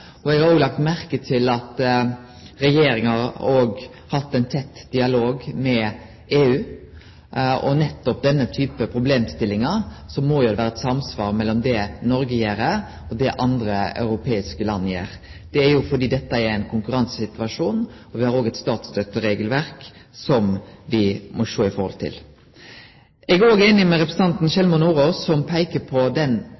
nøye. Eg har òg lagt merke til at Regjeringa har hatt ein tett dialog med EU. Nettopp med denne typen problemstillingar må det vere eit samsvar mellom det Noreg gjer, og det andre europeiske land gjer. Det er fordi dette er ein konkurransesituasjon. Me har òg eit statsstøtteregelverk som me må sjå det i høve til. Eg er einig med representanten Sjelmo Nordås, som peiker på den